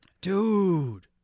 Dude